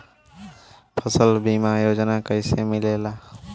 फसल बीमा योजना कैसे मिलेला?